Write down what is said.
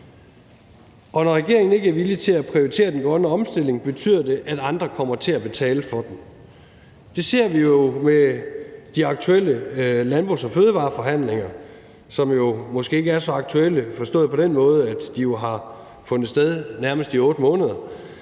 når regeringen ikke er villig til at prioritere den grønne omstilling, betyder det, at andre kommer til at betale for den. Det ser vi jo med de aktuelle landbrugs- og fødevareforhandlinger, som måske ikke er så aktuelle forstået på den måde, at de jo nu har fundet sted i nærmest 8 måneder,